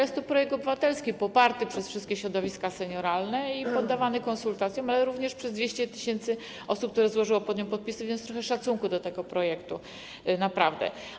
Jest to projekt obywatelski, poparty przez wszystkie środowiska senioralne i poddawany konsultacjom, ale również poparty przez 200 tys. osób, które złożyły pod nim podpisy, więc trochę szacunku do tego projektu, naprawdę.